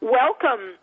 welcome